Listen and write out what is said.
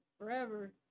forever